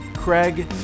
Craig